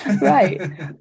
Right